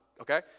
okay